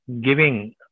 giving